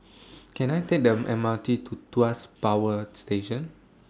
Can I Take The M R T to Tuas Power Station